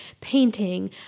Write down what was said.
painting